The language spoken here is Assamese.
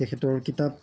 তেখেতৰ কিতাপ